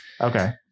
Okay